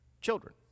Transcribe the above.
children